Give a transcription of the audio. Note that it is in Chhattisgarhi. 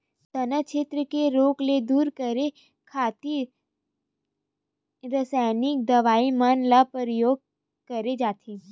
तनाछेद के रोग ल दूर करे खातिर रसाइनिक दवई मन के परियोग करे जाथे